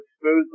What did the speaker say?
smoothly